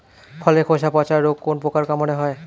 ফলের খোসা পচা রোগ কোন পোকার কামড়ে হয়?